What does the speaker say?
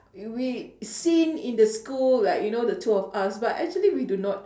we seen in the school like you know the two of us but actually we do not